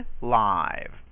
live